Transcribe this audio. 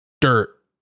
Dirt